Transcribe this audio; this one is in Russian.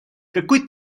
какой